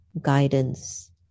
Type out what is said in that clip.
guidance